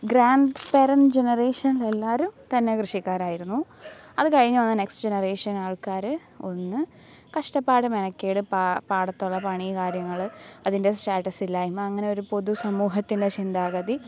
grand parent generation എല്ലാവരും തന്നെ കൃഷിക്കാരായിരുന്നു അതു കഴിഞ്ഞു വന്ന നെക്സ്റ്റ് ജനറേഷൻ ആൾക്കാർ ഒന്ന് കഷ്ടപ്പാട് മെനക്കേട് പാടത്തുള്ള പണി കാര്യങ്ങൾ അതിന്റെ സ്റ്റാറ്റസ് ഇല്ലായ്മ അങ്ങനെ ഒരു പൊതു സമൂഹത്തിന്റെ ചിന്താഗതി